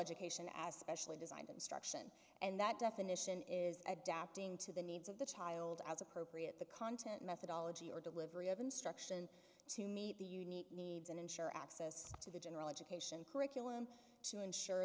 education as specially designed instruction and that definition is adapting to the needs of the child as appropriate the content methodology or delivery of instruction to meet the unique needs and ensure access to the general education curriculum to ensure